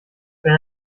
wenn